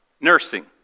Nursing